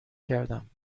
کردم